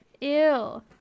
ew